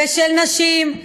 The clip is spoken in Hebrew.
ושל נשים,